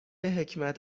حکمت